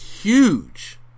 huge